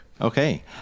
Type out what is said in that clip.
Okay